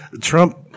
Trump